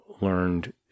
learned